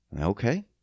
okay